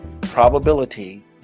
probability